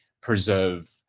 preserve